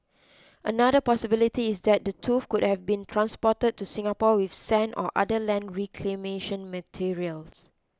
another possibility is that the tooth could have been transported to Singapore with sand or other land reclamation materials